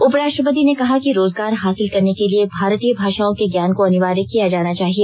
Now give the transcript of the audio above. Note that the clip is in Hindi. उप राष्ट्रपति ने कहा कि रोजगार हासिल करने के लिए भारतीय भाषाओं के ज्ञान को अनिवार्य किया जाना चाहिए